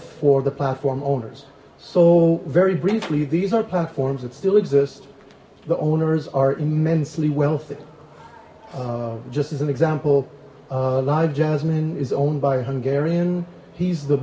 for the platform owners so very briefly these are platforms that still exist the owners are immensely wealthy just as an example live jasmine is owned by hungarian he's the